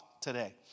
today